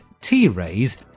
t-rays